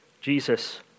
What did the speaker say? Jesus